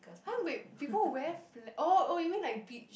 !huh! wait people wear fla~ oh oh you mean like beach